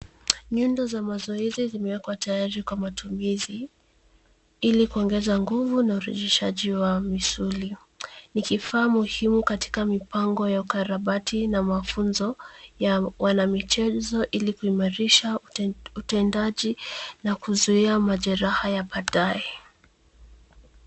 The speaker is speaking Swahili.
Nyundo za mazoezi zimeekwa tayari kwa matumizi ili kuongeza nguvu na urithishaji wa misuri. Ni kifaa muhimu katika mipango ya ukarabati na mafunzo ya wanamichezo ili kuimarisha utendaji na kuzuia majeraha ya baadaye